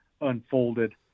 unfolded